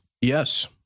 Yes